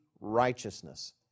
righteousness